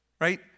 right